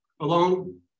alone